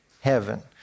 heaven